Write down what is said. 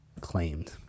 claimed